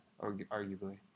arguably